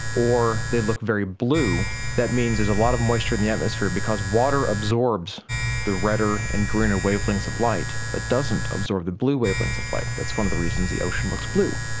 or they look very blue, that means there's a lot of moisture in the atmosphere because water absorbs the redder and greener wavelengths of light, but it doesn't absorb the blue wavelengths of light, that's one of the reasons the ocean looks blue.